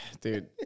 Dude